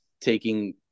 taking